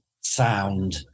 sound